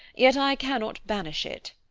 yet i cannot banish it.